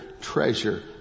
treasure